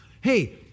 Hey